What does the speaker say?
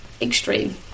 extreme